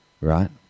right